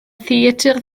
theatr